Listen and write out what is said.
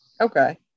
okay